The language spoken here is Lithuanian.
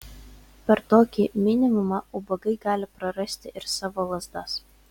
per tokį minimumą ubagai gali prarasti ir savo lazdas